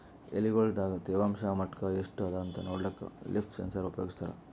ಎಲಿಗೊಳ್ ದಾಗ ತೇವಾಂಷ್ ಮಟ್ಟಾ ಎಷ್ಟ್ ಅದಾಂತ ನೋಡ್ಲಕ್ಕ ಲೀಫ್ ಸೆನ್ಸರ್ ಉಪಯೋಗಸ್ತಾರ